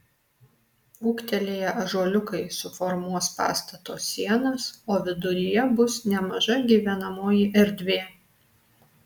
ūgtelėję ąžuoliukai suformuos pastato sienas o viduryje bus nemaža gyvenamoji erdvė